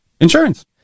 insurance